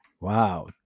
Wow